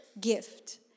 gift